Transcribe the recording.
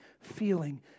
feeling